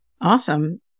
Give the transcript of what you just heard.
Awesome